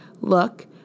look